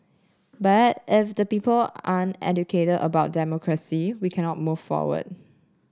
but if the people aren't educated about democracy we cannot move forward